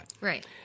right